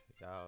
Y'all